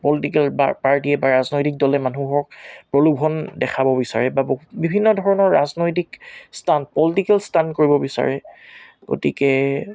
political বা পাৰ্টীয়ে বা ৰাজনৈতিক দলে মানুহক প্ৰলোভন দেখাব বিচাৰে বা বহুত বিভিন্ন ধৰণৰ ৰাজনৈতিক ষ্টাণ্ট পলিটিকেল ষ্টাণ্ট কৰিব বিচাৰে গতিকে